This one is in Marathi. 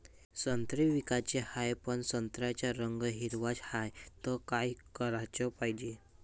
संत्रे विकाचे हाये, पन संत्र्याचा रंग हिरवाच हाये, त का कराच पायजे?